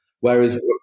Whereas